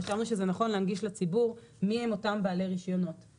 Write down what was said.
חשבנו שזה נכון להנגיש לציבור מי הם אותם בעלי רישיונות.